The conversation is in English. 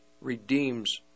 redeems